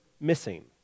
missing